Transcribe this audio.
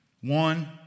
one